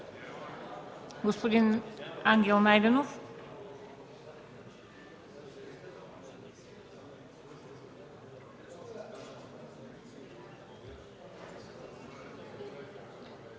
Господин Ангел Найденов